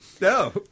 no